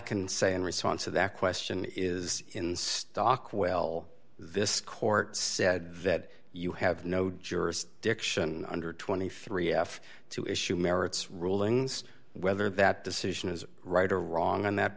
can say in response to that question is in stockwell this court said that you have no jurisdiction under twenty three f to issue merits rulings whether that decision is right or wrong on that